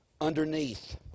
underneath